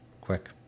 quick